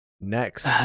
Next